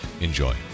enjoy